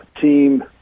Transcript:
team